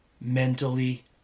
mentally